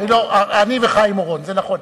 אני וחיים אורון, זה נכון.